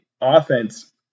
offense